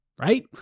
right